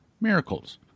miracles